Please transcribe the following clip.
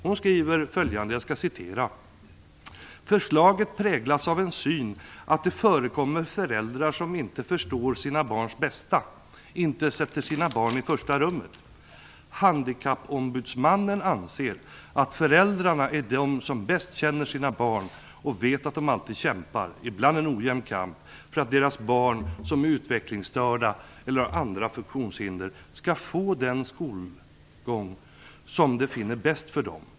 Hon skriver följande: "Förslaget präglas av en syn att det förekommer föräldrar som inte förstår sina barns bästa, inte sätter sina barn i första rummet. Handikappombudsmannen anser att föräldrarna är de som bäst känner sina barn och vet att de alltid kämpar, ibland en ojämn kamp, för att deras barn som är utvecklingsstörda eller har andra funktionshinder ska få den skolgång som de finner bäst för dem".